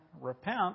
repent